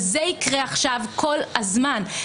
וזה יקרה עכשיו כל הזמן.